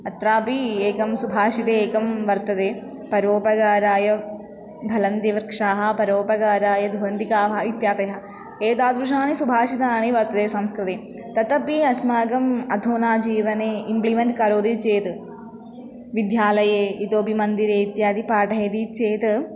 अत्रापि एकं सुभाषिते एकं वर्तते परोपकाराय फलन्ति वृक्षाः परोपकाराय दुहन्दि गावः इत्यादयः एतादृशानि सुभाषितानि वर्तन्ते संस्कृते तदपि अस्माकम् अधुना जीवने इम्प्लिमेण्ट् करोति चेत् विद्यालये इतोपि मन्दिरे इत्यादि पाठयति चेत्